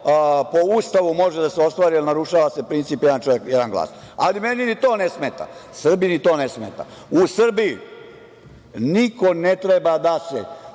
po Ustavu može da se ostvari, jel narušava se princip jedan čovek – jedan glas. Ali, meni ni to ne smeta. Srbiji to ne smeta. U Srbiji niko ne treba da se